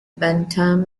bantam